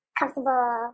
comfortable